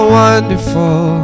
wonderful